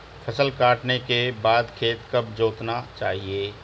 फसल काटने के बाद खेत कब जोतना चाहिये?